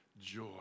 joy